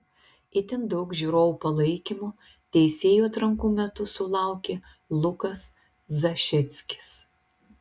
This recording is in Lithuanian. itin daug žiūrovų palaikymo teisėjų atrankų metu sulaukė lukas zažeckis